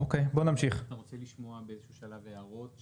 אתה רוצה לשמוע הערות?